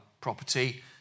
property